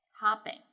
hopping